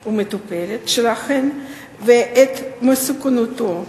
או מטופלת שלהן ואת מסוכנותם לילדים.